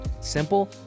Simple